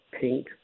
pink